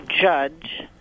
judge